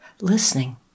listening